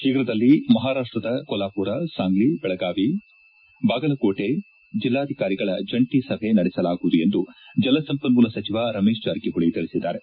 ಶೀಘ್ರದಲ್ಲಿ ಮಪಾರಾಷ್ಷದ ಕೊಲ್ಲಾಪೂರ ಸಾಂಗ್ಲಿ ಮತ್ತು ಬೆಳಗಾವಿ ಬಾಗಲಕೋಟ ಜಿಲ್ಲಾಧಿಕಾರಿಗಳ ಜಂಟಿ ಸಭೆ ನಡೆಸಲಾಗುವುದು ಎಂದು ಜಲಸಂಪನ್ಮೂಲ ಸಚಿವ ರಮೇಶ ಜಾರಕಿಹೊಳಿ ತಿಳಿಸಿದ್ದಾರೆ